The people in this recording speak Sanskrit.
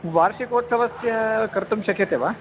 वार्षिकोत्सवस्य कर्तुं शक्यते वा